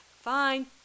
fine